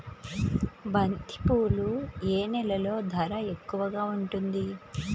బంతిపూలు ఏ నెలలో ధర ఎక్కువగా ఉంటుంది?